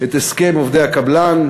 את הסכם עובדי הקבלן,